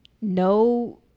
no